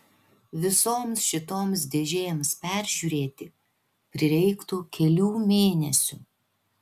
visoms šitoms dėžėms peržiūrėti prireiktų kelių mėnesių